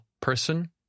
person